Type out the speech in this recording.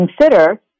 consider